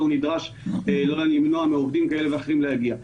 הוא נדרש למנוע מעובדים כאלה ואחרים להגיע.